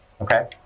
okay